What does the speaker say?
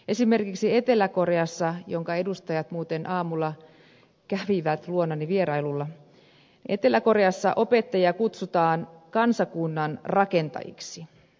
esimerkiksi etelä koreassa jonka edustajat muuten aamulla kävivät luonani vierailulla opettajia kutsutaan kansakunnan rakentajiksi